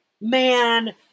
man